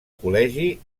col·legi